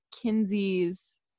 Kinsey's